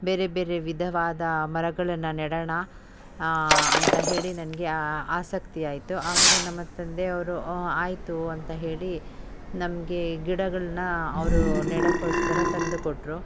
ಬೇರೆ ಬೇರೆ ವಿಧವಾದ ಮರಗಳನ್ನು ನೆಡೋಣ ಅಂತ ಹೇಳಿ ನನಗೆ ಆ ಆಸಕ್ತಿ ಆಯಿತು ಆವಾಗ ನಮ್ಮ ತಂದೆಯವರು ಊ ಆಯಿತು ಅಂತ ಹೇಳಿ ನಮಗೆ ಗಿಡಗಳನ್ನ ಅವರು ನೆಡಕ್ಕೋಸ್ಕರ ತಂದು ಕೊಟ್ಟರು